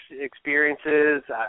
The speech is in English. experiences